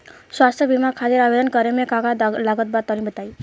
स्वास्थ्य बीमा खातिर आवेदन करे मे का का लागत बा तनि बताई?